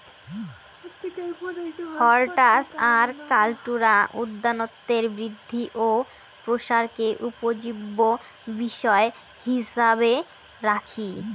হরটাস আর কাল্টুরা উদ্যানতত্বের বৃদ্ধি ও প্রসারকে উপজীব্য বিষয় হিছাবে রাখি